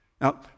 now